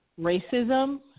racism